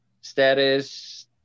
status